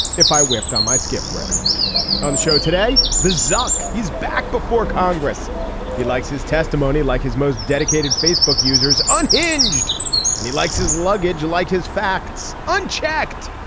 if i whiffed on my skiff riff on the show today the zuck. he's back before congress he likes his testimony like his most dedicated facebook users unhinged and he likes his luggage like his facts unchecked.